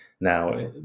Now